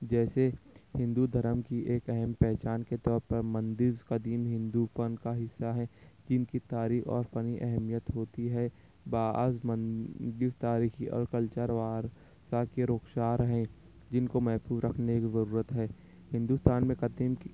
جیسے ہندو دھرم کی ایک اہم پہچان کے طور پر مندر قدیم ہندو پن کا حصہ ہے کہ ان کی تاریخ اور بڑی اہمیت ہوتی ہے بعض مندر تاریخی اور کلچر وار کا رخسار ہے جن کو محفوظ رکھنے کی ضرورت ہے ہندوستان میں قدیم